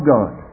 God